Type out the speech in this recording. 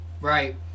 right